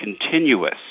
continuous